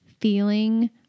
feeling